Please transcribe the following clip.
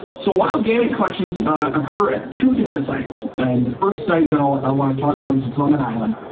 so wild gamete collections occur at two different sites, and the first site that um i want to talk about is drummond island.